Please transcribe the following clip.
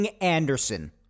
Anderson